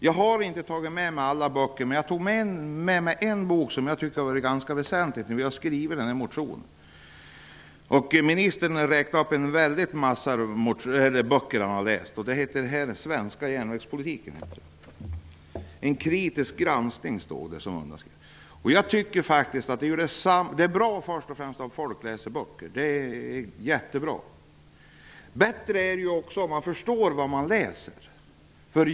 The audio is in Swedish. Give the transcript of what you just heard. Jag har inte tagit med alla böcker som ministern räknade upp och framhöll att han hade läst om detta, men jag har tagit med mig åtminstone en bok, som har varit ganska väsentlig för oss när vi har skrivit vår motion. Den har titeln Den svenska järnvägspolitiken. En kritisk granskning. Det är bra om folk läser böcker. Det är jättebra. Det är ännu bättre om man förstår vad man läser.